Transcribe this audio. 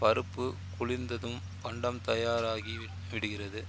பருப்பு குளிர்ந்ததும் பண்டம் தயாராகி விடுகிறது